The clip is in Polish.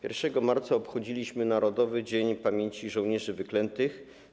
1 marca obchodziliśmy Narodowy Dzień Pamięci Żołnierzy Wyklętych.